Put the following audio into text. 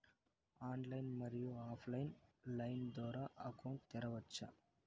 Online, మరియు offline line ద్వారా account తెరవచ్చా?